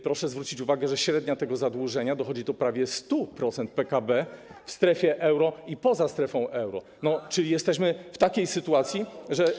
Proszę zwrócić uwagę, że średnia tego zadłużenia dochodzi prawie do 100% PKB w strefie euro i poza tą strefą, czyli jesteśmy w takiej sytuacji, że.